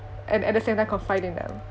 and at the same time confide in them